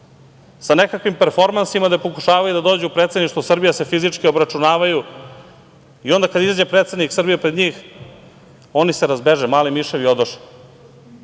sa nekakvim performansima gde pokušavaju da dođu u predsedništvo Srbije da se fizički obračunavaju. Onda kada izađe predsednik Srbije pred njih oni se razbeže, mali miševi odoše. Kada